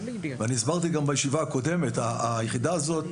הסברתי גם בישיבה הקודמת שהיחידה הזאת,